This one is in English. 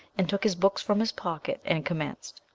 and took his books from his pocket and commenced.